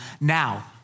now